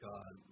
God